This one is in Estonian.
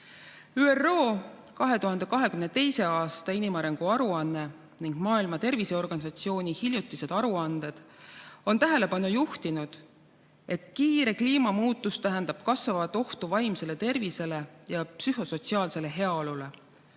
ÜRO 2022. aasta inimarengu aruanne ning Maailma Terviseorganisatsiooni hiljutised aruanded on tähelepanu juhtinud, et kiire kliimamuutus tähendab kasvavat ohtu vaimsele tervisele ja psühhosotsiaalsele heaolule